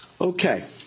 Okay